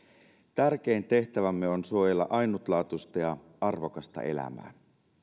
tärkein tehtävämme on suojella ainutlaatuista ja arvokasta elämää